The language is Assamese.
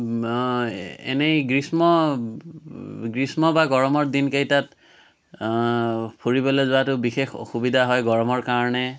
এনেই গ্ৰীষ্ম গ্ৰীষ্ম বা গৰমৰ দিনকেইটাত ফুৰিবলৈ যোৱাটো বিশেষ অসুবিধা হয় গৰমৰ কাৰণে